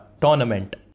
tournament